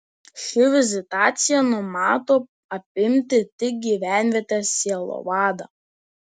ši vizitacija numato apimti tik gyvenvietės sielovadą